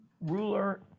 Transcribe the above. ruler